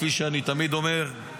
כפי שאני תמיד אומר.